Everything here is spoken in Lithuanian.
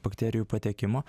bakterijų patekimo